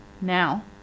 now